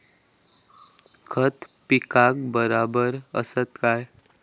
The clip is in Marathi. खता पिकाक बराबर आसत काय?